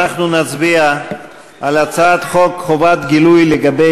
אנחנו נצביע על הצעת חוק חובת גילוי לגבי